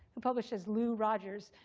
who published as lou rogers,